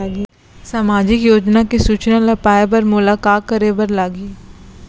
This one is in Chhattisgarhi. सामाजिक योजना के सूचना ल पाए बर मोला का करे बर लागही?